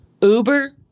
Uber